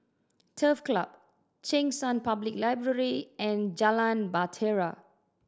Turf Club Cheng San Public Library and Jalan Bahtera